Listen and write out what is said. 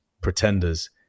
Pretenders